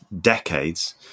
decades